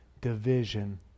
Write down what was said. division